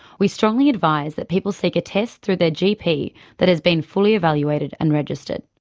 we strongly advise that people seek a test through their gp that has been fully evaluated and registered.